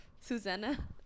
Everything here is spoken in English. Susanna